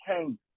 came